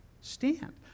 stand